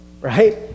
right